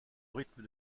rythme